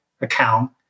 account